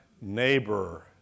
neighbor